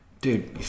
dude